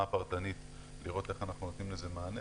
הפרטנית לראות איך אנחנו נותנים לזה מענה,